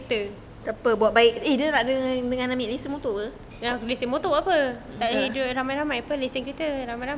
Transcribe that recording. lesen motor buat apa tak boleh duduk ramia-ramai apa lesen kereta ramai-ramai ah